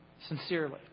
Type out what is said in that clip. sincerely